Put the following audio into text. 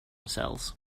cells